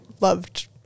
loved